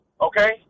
okay